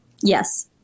Yes